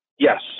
Yes